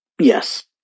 Yes